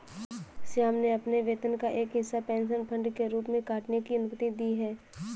श्याम ने अपने वेतन का एक हिस्सा पेंशन फंड के रूप में काटने की अनुमति दी है